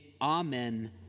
Amen